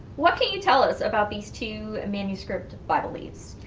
what can you tell us about these two manuscript bible leaves?